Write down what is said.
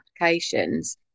applications